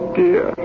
dear